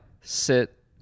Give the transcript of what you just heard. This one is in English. sit